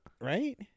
right